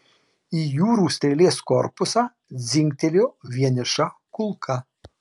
į jūrų strėlės korpusą dzingtelėjo vieniša kulka